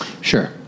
Sure